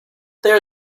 there